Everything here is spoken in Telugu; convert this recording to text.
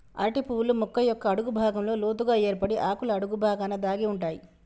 అరటి పువ్వులు మొక్క యొక్క అడుగు భాగంలో లోతుగ ఏర్పడి ఆకుల అడుగు బాగాన దాగి ఉంటాయి